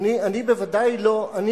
לא הייתי מצפה לזה דווקא ממך.